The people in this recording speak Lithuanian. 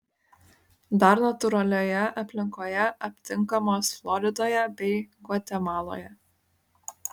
dar natūralioje aplinkoje aptinkamos floridoje bei gvatemaloje